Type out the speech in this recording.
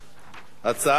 הצעת החוק